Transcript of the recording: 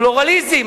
פלורליזם,